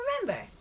remember